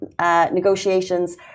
negotiations